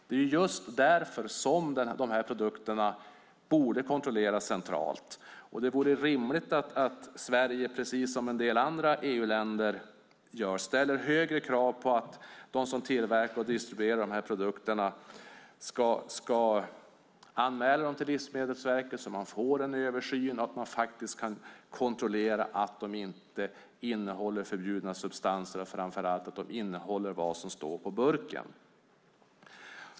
Det är just därför som de här produkterna borde kontrolleras centralt. Det vore rimligt att Sverige, precis som en del andra EU-länder gör, ställer högre krav på att de som tillverkar och distribuerar de här produkterna ska anmäla dem till Livsmedelsverket så att man får en översyn och faktiskt kan kontrollera att de inte innehåller förbjudna substanser, framför allt att de innehåller det som står på burken.